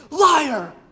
liar